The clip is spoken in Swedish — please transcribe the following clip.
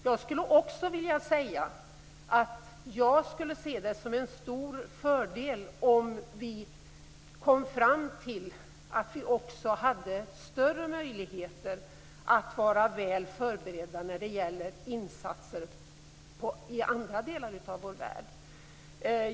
Jag vill också säga att jag skulle se det som en stor fördel om vi kom fram till att vi även hade större möjligheter att vara väl förberedda när det gäller insatser i andra delar av vår värld.